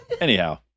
Anyhow